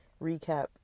recap